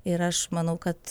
ir aš manau kad